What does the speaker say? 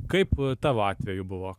kaip tavo atveju buvo